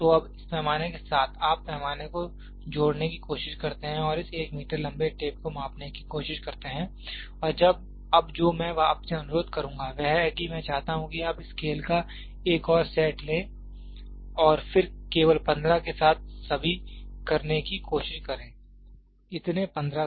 तो अब इस पैमाने के साथ आप पैमाने को जोड़ने की कोशिश करते हैं और इस एक मीटर लंबे टेप को मापने की कोशिश करते हैं और अब जो मैं आपसे अनुरोध करुंगा वह है कि मैं चाहता हूं कि आप स्केल का एक और सेट लें और फिर केवल 15 के साथ सभी करने की कोशिश करें इतने 15s